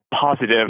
positive